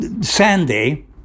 Sandy